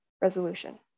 resolution